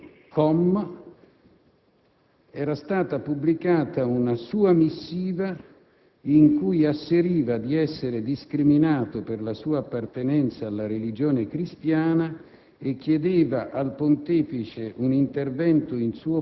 «www.blogq.com», era stata pubblicata una sua missiva in cui asseriva di essere discriminato per la sua appartenenza alla religione cristiana